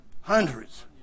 hundreds